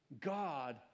God